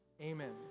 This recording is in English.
Amen